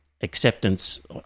acceptance